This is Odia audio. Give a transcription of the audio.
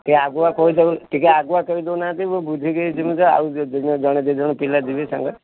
ଟିକେ ଆଗୁଆ କହି ଦେଉ ଟିକେ ଆଗୁଆ କହି ଦେଉ ନାହାଁନ୍ତି ମୁଁ ବୁଝିକି ଯିବି ଯେ ଆଉ ଜଣେ ଦୁଇଜଣ ପିଲା ଯିବେ ସାଙ୍ଗରେ